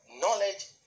Knowledge